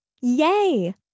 Yay